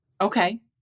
Okay